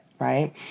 right